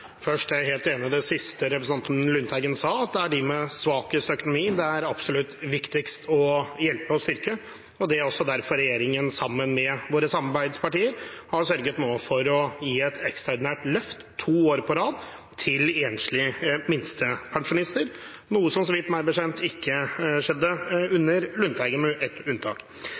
Lundteigen sa, at det er de med svakest økonomi det er absolutt viktigst å hjelpe og styrke. Det er også derfor regjeringen, sammen med våre samarbeidspartier, nå har sørget for å gi et ekstraordinært løft to år på rad til enslige minstepensjonister, noe som meg bekjent ikke skjedde under Lundteigen – med ett unntak.